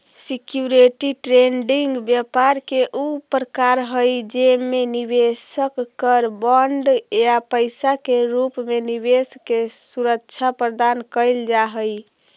security trading व्यापार के ऊ प्रकार हई जेमे निवेशक कर बॉन्ड या पैसा के रूप में निवेश के सुरक्षा प्रदान कैल जा हइ